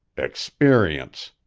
experience,